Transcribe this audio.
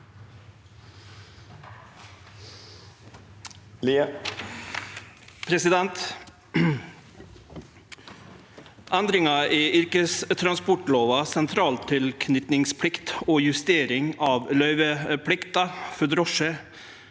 29. feb. – Endringer i yrkestransportloven (sentraltilknytningsplikt og justering av løyveplikten for drosje)